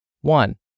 One